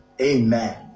Amen